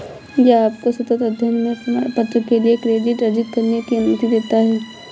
यह आपको सतत अध्ययन में प्रमाणपत्र के लिए क्रेडिट अर्जित करने की अनुमति देता है